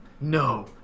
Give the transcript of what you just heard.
No